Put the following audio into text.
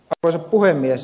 arvoisa puhemies